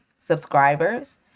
subscribers